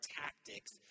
tactics